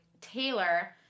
Taylor